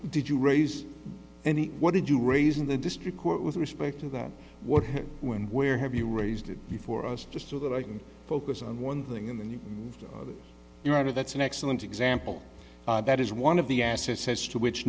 did you raise any what did you raise in the district court with respect to what when where have you raised it before us just so that i can focus on one thing and you're out of that's an excellent example that is one of the assets says to which